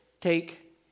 Take